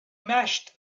mashed